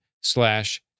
slash